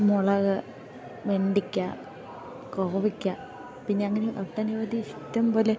മുളക് വെണ്ടക്ക കോവക്ക പിന്നെ അങ്ങനെ ഒട്ടനവധി ഇഷ്ടം പോലെ